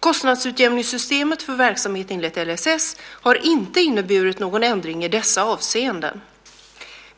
Kostnadsutjämningssystemet för verksamhet enligt LSS har inte inneburit någon ändring i dessa avseenden.